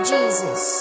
Jesus